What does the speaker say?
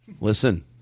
Listen